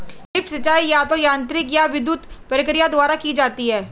lift सिंचाई या तो यांत्रिक या विद्युत प्रक्रिया द्वारा की जाती है